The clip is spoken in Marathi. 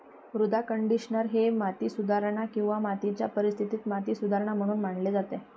मृदा कंडिशनर हे माती सुधारणा किंवा मातीच्या परिस्थितीत माती सुधारणा म्हणून मानले जातात